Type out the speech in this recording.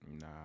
Nah